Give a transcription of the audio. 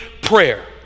prayer